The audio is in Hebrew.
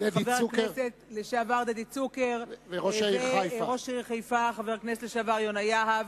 חבר הכנסת לשעבר דדי צוקר וראש העיר חיפה חבר הכנסת לשעבר יונה יהב,